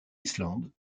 islande